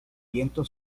viento